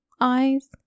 eyes